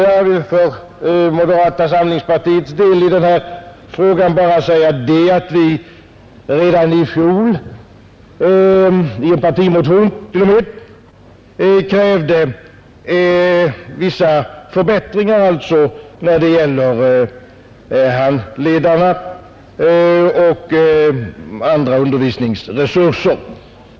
Jag vill för moderata samlingspartiets del i denna fråga bara säga att vi redan i fjol, i en partimotion t.o.m., krävde vissa förbättringar när det gäller handledarna och andra undervisningsresurser.